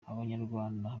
abanyarwanda